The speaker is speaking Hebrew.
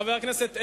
חבר הכנסת אדרי,